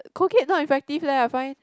Colgate not effective leh I find